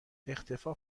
اختفاء